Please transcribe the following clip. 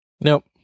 Nope